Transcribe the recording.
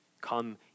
come